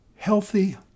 healthy